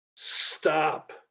stop